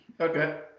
Okay